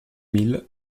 mille